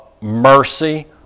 mercy